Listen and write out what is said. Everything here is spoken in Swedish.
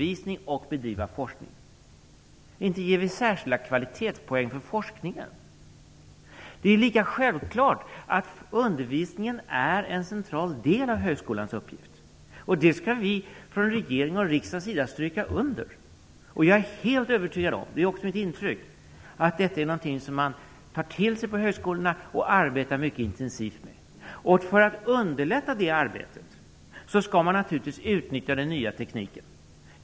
Inte ger vi särskilda kvalitetspoäng för forskningen. Det är lika självklart att undervisningen är en central del av högskolans uppgift. Det skall vi från regeringens och riksdagens sida stryka under. Det är också mitt intryck att detta är någonting som man tar till sig på högskolorna och som jag är helt övertygad om att man arbetar mycket intensivt med. För att underlätta det arbetet skall man naturligtvis utnyttja den nya tekniken.